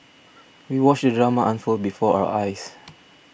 we watched drama unfold before our eyes